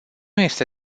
este